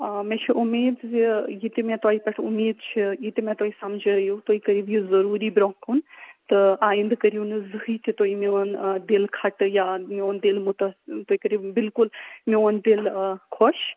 آ مےٚ چھُ اُمیٖد زِ یہِ تہِ مےٚ تۄہہِ پٮ۪ٹھ اُمیٖد چھِ یہِ تہِ مےٚ تُہۍ سَمجٲیِو تُہۍ کٔرِو یہِ ضروٗری برٛونٛہہ کُن تہٕ آینٛدٕ کٔرِو نہٕ زٕہٕنۍ تہِ تُہۍ میٛون دِل کھٹہٕ یا میٛون دِل مُتا تُہۍ کٔرِو بالکُل میٛون دِل خۄش